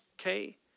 Okay